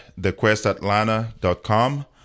thequestatlanta.com